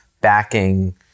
backing